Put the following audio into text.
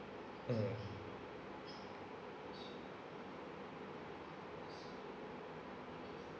mm